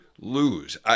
lose